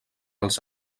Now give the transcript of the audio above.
als